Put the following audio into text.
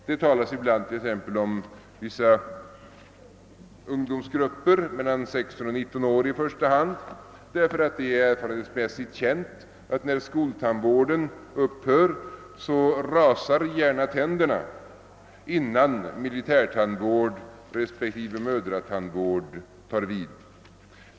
Det talas t.ex. ibland om vissa ungdomsgrupper, mellan 16 och 19 år i första hand, därför att det är erfarenhetsmässigt känt att när skoltandvården upphör så rasar gärna tänderna innan militärtandvård respektive mödratandvård tar vid.